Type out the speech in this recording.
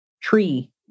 tree